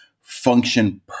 function